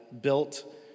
built